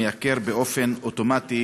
המייקר באופן אוטומטי